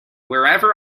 wherever